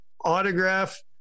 autograph